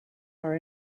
are